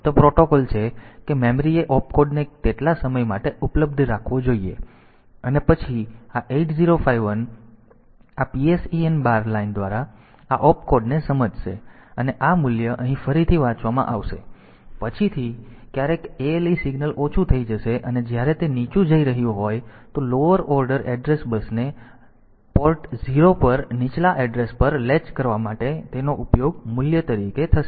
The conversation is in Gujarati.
તેથી તે પ્રોટોકોલ છે કે મેમરીએ ઓપકોડને તેટલા સમય માટે ઉપલબ્ધ રાખવો જોઈએ અને પછી આ 8051 આ PSEN બાર લાઇન દ્વારા આ ઓપકોડને સમજશે અને આ મૂલ્ય અહીં ફરીથી વાંચવામાં આવશે પછીથી ક્યારેક ALE સિગ્નલ ઓછું થઈ જશે અને જ્યારે તે નીચું જઈ રહ્યું હોય તો લોઅર ઓર્ડર એડ્રેસ બસને lower order address bus port 0 પર નીચલા એડ્રેસ પર લૅચ કરવા માટે તેનો ઉપયોગ મૂલ્ય તરીકે થશે